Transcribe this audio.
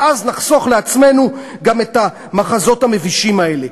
ואז נחסוך מעצמנו גם את המחזות המבישים האלה.